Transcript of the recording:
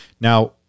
Now